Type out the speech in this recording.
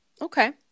Okay